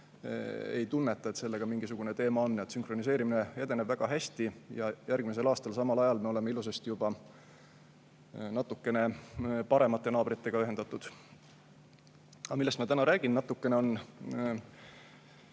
ei tunneta, et sellega on mingisugune teema. Aga sünkroniseerimine edeneb väga hästi ja järgmisel aastal samal ajal me oleme ilusasti juba natukene paremate naabritega ühendatud. Aga millest ma täna räägin? Natukene